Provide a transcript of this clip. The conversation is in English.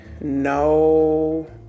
no